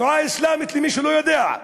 התנועה האסלאמית, למי שלא יודע,